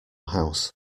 house